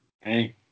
Hey